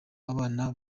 abana